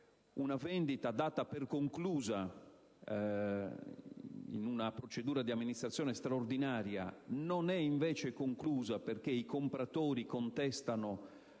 una vendita data per conclusa in una procedura di amministrazione straordinaria non è invece tale, perché i compratori contestano